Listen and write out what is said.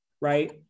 Right